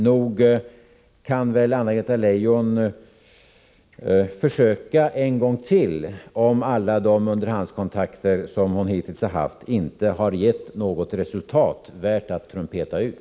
Nog kan väl Anna-Greta Leijon försöka en gång till, om alla de underhandskontakter som hon hittills har haft inte har gett något resultat värt att trumpeta ut.